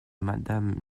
madame